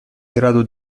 grado